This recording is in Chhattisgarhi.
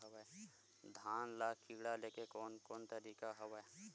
धान ल कीड़ा ले के कोन कोन तरीका हवय?